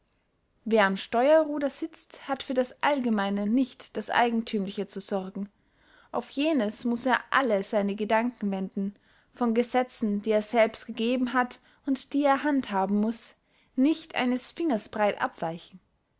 wer am steuerruder sitzt hat für das allgemeine nicht das eigenthümliche zu sorgen auf jenes muß er alle seine gedanken wenden von gesetzen die er selbst gegeben hat und die er handhaben muß nicht eines fingers breit abweichen